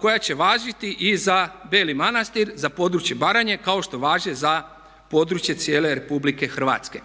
koja će važiti i za Beli Manastir, za područje Baranje kao što važe za područje cijele RH.